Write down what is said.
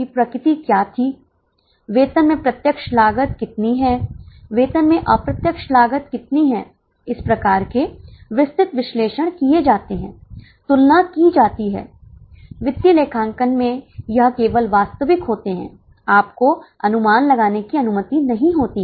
तो प्रत्येक बस के लिए प्रत्येक बस में लागत 400 होगी बस के लिए प्रवेश शुल्क बस परमिट शुल्क फिर परिवर्तनीय लागते परिवर्तनीय लागत 108 है क्या आप इसेसमझ रहे हैं